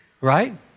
right